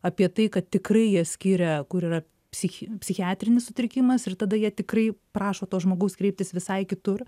apie tai kad tikrai jie skiria kur yra psichi psichiatrinis sutrikimas ir tada jie tikrai prašo to žmogaus kreiptis visai kitur